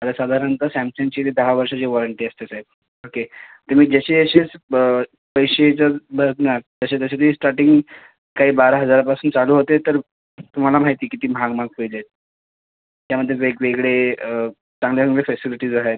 आता साधारनत सॅमसेनचीले दहा वर्षाची वॉरंटी असते साहेब ओके तुम्ही जशी जशी ब पैसे जर भरणार तसे तसे ते स्टार्टिंग काही बारा हजारापासून चालू होते तर तुम्हाला माहिती आहे किती महाग महाग फ्रीज आहेत त्यामध्ये वेगवेगळे चांगले चांगले फॅसिलिटीज आहेत